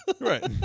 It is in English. right